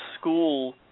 school